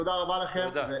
תודה רבה לכם.